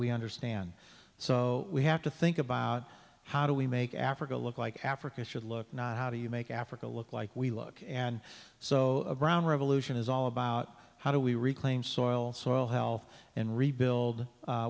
we understand so we have to think about how do we make africa look like africa should look not how do you make africa look like we look and so around revolution is all about how do we reclaim soil soil health and rebuild